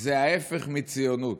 זה ההפך מציונות.